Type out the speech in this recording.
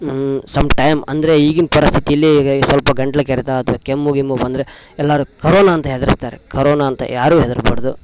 some time ಅಂದರೆ ಈಗಿನ ಪರಸ್ಥಿತಿಲಿ ಈಗ ಸ್ವಲ್ಪ ಗಂಟ್ಲು ಕೆರೆತ ಆದರೆ ಕೆಮ್ಮು ಗಿಮ್ಮು ಬಂದರೆ ಎಲ್ಲರು ಕರೋನಾ ಅಂತ ಹೆದರಿಸ್ತಾರೆ ಕರೋನಾ ಅಂತ ಯಾರು ಹೆದ್ರುಬಾರ್ದು